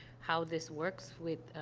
how this works with,